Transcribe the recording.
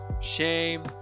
shame